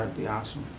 and be awesome.